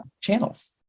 channels